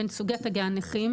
בין סוגי תגי הנכים,